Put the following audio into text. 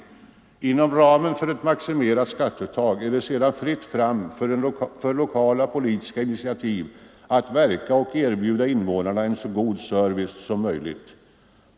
Inom ramen för ett maxi merat skatteuttag är det sedan fritt fram för lokala politiska initiativ att verka och erbjuda invånarna en så god service som möjligt.